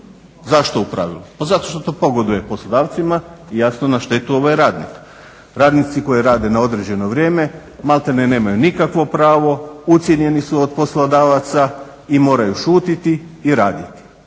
Zašto u pravilo? Pa zato što to pogoduje poslodavcima, jasno na štetu radnika. Radnici koji rade na određeno vrijeme maltene nemaju nikakvo pravo, ucijenjeni su od poslodavaca i moraju šutiti i raditi